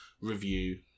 review